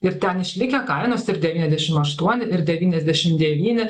ir ten išlikę kainos ir devyniasdešim aštuoni ir devyniasdešim devyni